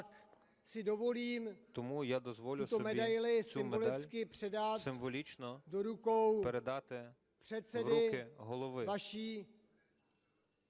тому я дозволю собі цю медаль символічно передати в руки Голови